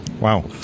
Wow